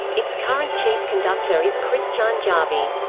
its current chief conductor is kristjan jarvi.